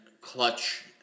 clutch